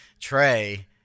Trey